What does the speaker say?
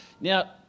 Now